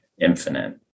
infinite